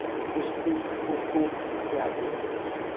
कुश्ती खो खो इत्यादि